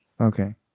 okay